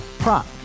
Prop